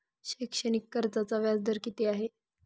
शैक्षणिक कर्जाचा व्याजदर किती आहे?